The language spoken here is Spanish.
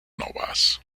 novas